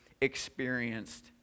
experienced